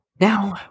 Now